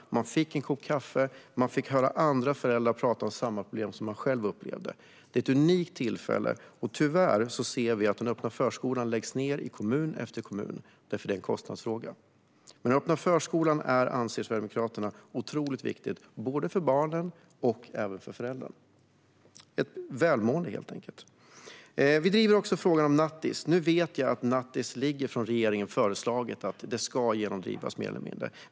Man fick en kopp kaffe och fick höra andra föräldrar tala om samma problem som man själv upplevde. Det är ett unikt tillfälle. Tyvärr ser vi att den öppna förskolan läggs ned i kommun efter kommun, för det är en kostnadsfråga. Men Sverigedemokraterna anser att den öppna förskolan är otroligt viktig både för barnen och även för föräldrarna, helt enkelt för välmåendet. Vi driver också frågan om nattis. Nu vet jag att regeringen har ett förslag om nattis som ska genomdrivas mer eller mindre.